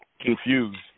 confused